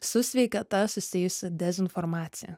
su sveikata susijusi dezinformacija